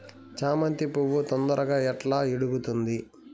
చామంతి పువ్వు తొందరగా ఎట్లా ఇడుగుతుంది?